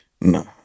no